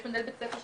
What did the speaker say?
ויש מנהל בית ספר,